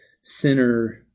sinner